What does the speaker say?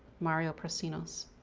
mario proscinos.